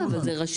יותר טוב לך?